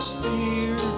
fear